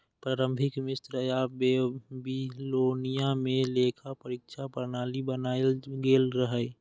प्रारंभिक मिस्र आ बेबीलोनिया मे लेखा परीक्षा प्रणाली बनाएल गेल रहै